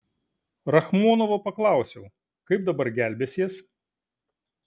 rachmonovo paklausiau kaip dabar gelbėsies